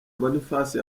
boniface